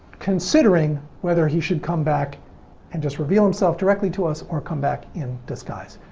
considering whether he should come back and just reveal himself directly to us, or come back in disguise.